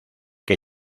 que